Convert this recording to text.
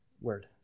Word